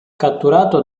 catturato